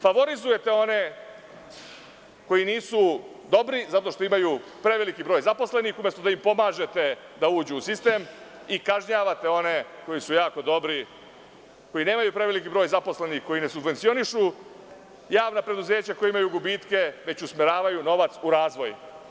Favorizujete one koji nisu dobri zato što imaju preveliki broj zaposlenih, umesto da im pomažete da uđu u sistem i kažnjavate one koji su jako dobri, koji nemaju preveliki broj zaposlenih, koji ne subvencionišu javna preduzeća koja imaju gubitke, već usmeravaju novac u razvoj.